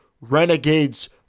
Renegades